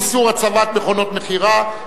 איסור הצבת מכונות מכירה),